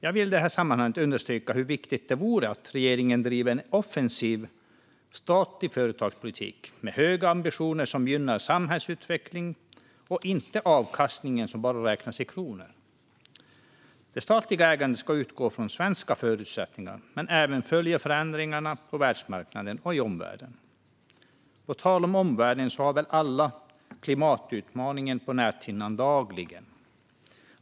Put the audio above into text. Jag vill i detta sammanhang understryka hur viktigt det är att regeringen driver en offensiv statlig företagspolitik med höga ambitioner som gynnar samhällsutvecklingen och inte avkastningen som bara räknas i kronor. Det statliga ägandet ska utgå från svenska förutsättningar men även följa förändringarna på världsmarknaden och i omvärlden. På tal om omvärlden har väl alla klimatutmaningen på näthinnan dagligen.